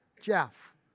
Jeff